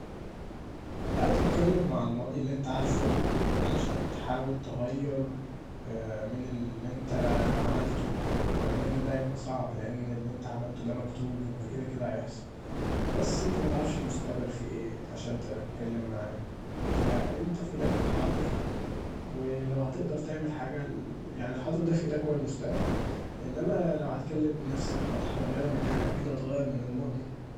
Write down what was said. لا تتكلممع الماضي اللي انت عارفه عشان تحاول تغير من اللي انت عملته ولو ان دا هيبقي صعب لان اللي انت عملتت دا مكتوب وكدا كدا هيحصل بس انت متعرفش المستقبل فيه ايه عشان تتكلم معاه، فأنت في ايدك الحاضر ولو هتقدر تعمل حاجه يعني الحاضر دا في ايدك هو المستقبل، انما لو هتكلم من نفسك لو هتغير حاجه اكيد هتغير من الماضي.